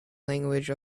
language